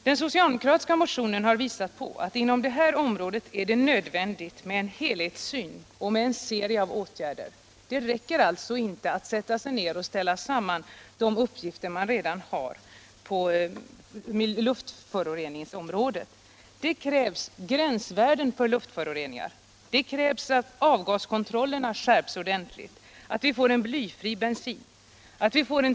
Den socialdemokratiska motionen har visat på att det inom det här området är nödvändigt med en helhetssyn och med en serie av åtgärder. Det räcker inte med att ställa samman de uppgifter man redan har på luftföroreningsområdet. Det krävs gränsvärden för luftföroreningar, skärpt avgaskontroll och blyfri bensin.